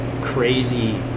crazy